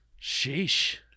Sheesh